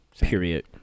Period